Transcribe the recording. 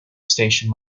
station